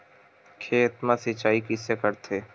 खेत मा सिंचाई कइसे करथे?